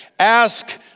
Ask